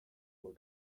will